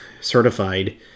certified